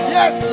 Yes